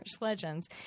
legends